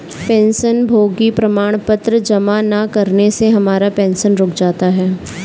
पेंशनभोगी प्रमाण पत्र जमा न करने से हमारा पेंशन रुक जाता है